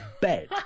bed